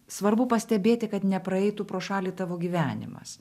svarbu pastebėti kad nepraeitų pro šalį tavo gyvenimas